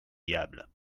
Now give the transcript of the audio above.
diable